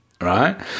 right